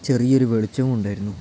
ചെറിയ ഒരു വെളിച്ചം ഉണ്ടായിരുന്നു